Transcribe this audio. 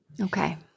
Okay